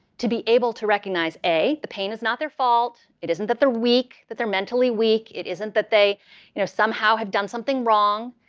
to be able to recognize, a, the pain it's not their fault. it isn't that they're weak, that they're mentally weak. it isn't that they you know somehow have done something wrong.